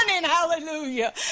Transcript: Hallelujah